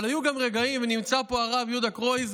אבל היו גם ונמצא פה הרב יהודה קרויזר,